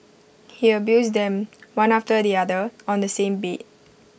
he abused them one after the other on the same bed